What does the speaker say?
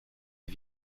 des